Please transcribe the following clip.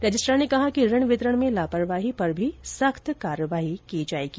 registrar ने कहा कि ऋण वितरण में लापरवाही पर भी सख्त कार्यवाही की जाएगी